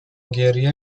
گریه